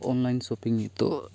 online shopping ᱱᱤᱛᱳᱜ